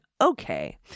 okay